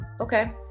Okay